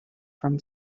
from